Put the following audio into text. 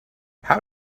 how